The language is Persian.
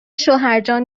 شوهرجان